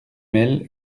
mêle